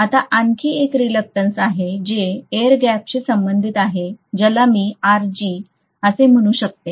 आता आणखी एक रिलक्टंस आहे जे एअर गॅपशी संबंधित आहे ज्याला मी असे म्हणू शकते